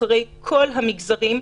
נבחרי כל המגזרים,